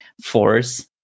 force